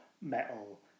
metal